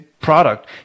product